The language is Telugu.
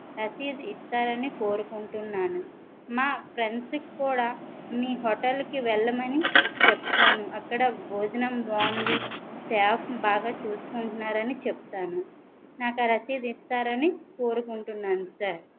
రసీదు ఇస్తారని కోరుకుంటున్నాను మా ఫ్రెండ్స్ కి కూడా మీ హోటల్ కి వెళ్ళమని చెప్తాను అక్కడ భోజనం బాగుంది స్టాఫ్ బాగా చూసుకుంటున్నారని చెప్తాను నాకా రసీదిస్తారని కోరుకుంటున్నాను సార్